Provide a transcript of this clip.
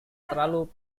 terlalu